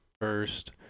first